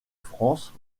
france